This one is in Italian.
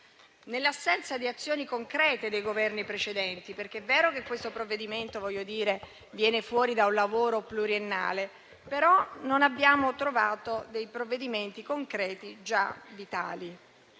nell'assenza di azioni concrete dei Governi precedenti. È vero che questo provvedimento viene fuori da un lavoro pluriennale, però non abbiamo trovato dei provvedimenti concreti, già vitali.